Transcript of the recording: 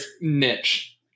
niche